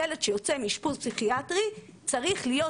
ילד שיוצא מאשפוז פסיכיאטרי צריך להיות